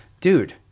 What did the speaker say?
Dude